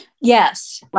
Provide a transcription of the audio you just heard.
Yes